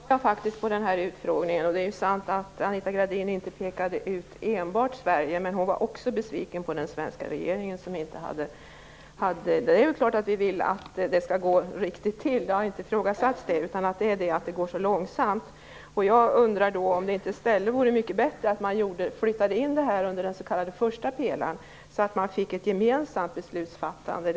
Fru talman! Nu var jag faktiskt på den här utfrågningen. Det är sant att Anita Gradin inte pekade ut enbart Sverige, men hon var besviken också på den svenska regeringen. Det är klart att vi vill att det skall gå riktigt till. Jag har inte ifrågasatt det. Vad det gäller är att det går så långsamt. Jag undrar om det inte vore mycket bättre om man i stället flyttade in det här under första pelaren så att man fick ett gemensamt beslutsfattande.